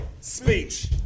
Speech